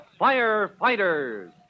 Firefighters